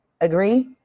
Agree